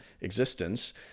existence